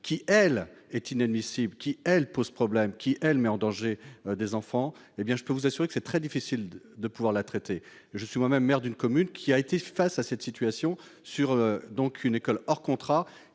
qui est inadmissible, qui pose problème, qui met en danger des enfants, je peux vous assurer qu'il est très difficile de la traiter. Je suis moi-même maire d'une commune qui a été face à une telle situation : une école hors contrat